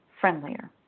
friendlier